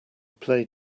play